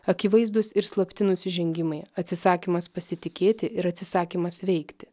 akivaizdūs ir slapti nusižengimai atsisakymas pasitikėti ir atsisakymas veikti